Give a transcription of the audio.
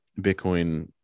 Bitcoin